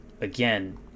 again